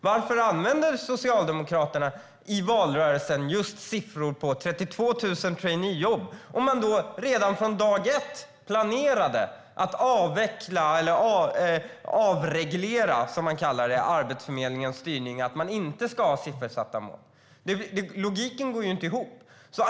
Varför använder Socialdemokraterna i valrörelsen just siffror - 32 000 traineejobb - om de redan från dag ett planerade att avveckla eller avreglera, som de kallar det, Arbetsförmedlingens styrning och inte ha siffersatta mål? Detta går inte ihop.